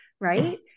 right